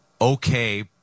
okay